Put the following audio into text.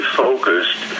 focused